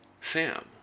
Sam